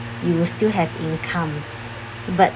you will still have income but